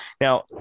Now